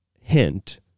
hint